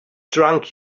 drunk